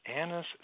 Annas